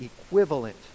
equivalent